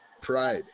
pride